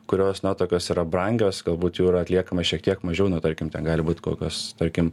kurios na tokios yra brangios galbūt jų yra atliekama šiek tiek mažiau nu tarkim gali būt kokios tarkim